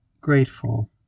grateful